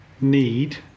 need